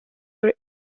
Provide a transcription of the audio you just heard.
were